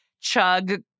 chug